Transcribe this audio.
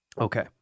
Okay